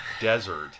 desert